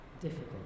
difficult